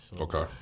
Okay